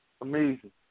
amazing